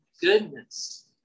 goodness